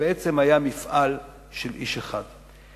ובעצם היה מפעל של איש אחד.